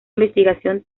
investigación